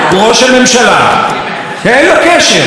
אין קשר בינו לבין בנימין נתניהו שר התקשורת,